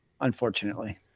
Unfortunately